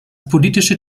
politische